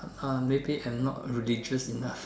!huh! maybe I not religious enough